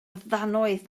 ddannoedd